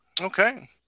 Okay